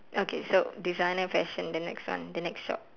okay so designer fashion the next one the next shop